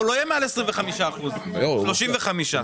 הוא לא יהיה מעל 25 אחוזים אלא מעל 35 אחוזים.